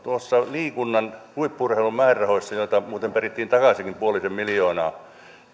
liikunnan huippu urheilun määrärahoissa joita muuten perittiin takaisinkin puolisen miljoonaa